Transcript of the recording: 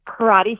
karate